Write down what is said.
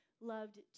loved